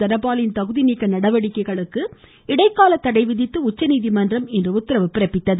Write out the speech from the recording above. தனபாலின் தகுதிநீக்க நடவடிக்கைகளுக்கு இடைக்கால தடை விதித்து உச்சநீதிமன்றம் இன்று உத்தரவு பிறப்பித்துள்ளது